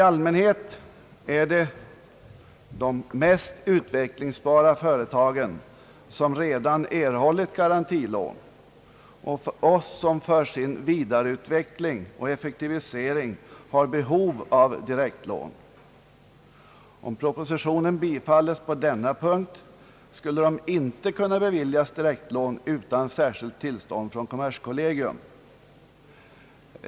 I allmänhet är det de mest utvecklingsbara företagen som redan erhållit garantilån och de har också för sin vidareutveckling och effektivisering behov av direktlån. Om propositionen bifalles på denna punkt skulle dessa företag inte kunna beviljas direktlån utan särskilt tillstånd från kommerskollegium.